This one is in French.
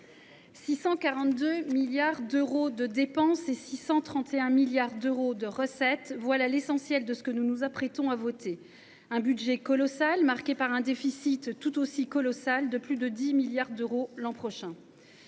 642 milliards d’euros de dépenses et 631 milliards d’euros de recettes : voilà l’essentiel de ce que nous nous apprêtons à voter. C’est un budget colossal, marqué par un déficit tout aussi colossal de plus de 10 milliards d’euros l’an prochain.